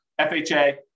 FHA